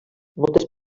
moltes